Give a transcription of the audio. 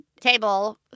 table